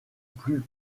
plus